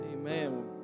Amen